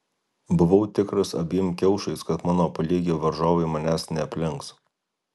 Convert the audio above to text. buvau tikras abiem kiaušais kad mano paliegę varžovai manęs neaplenks